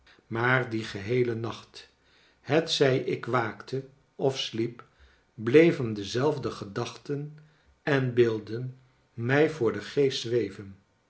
maar dien geheelen nacht hetzij ik waakte of sliep bleven dezelfde gedachten en beelden mij voor den geest zweven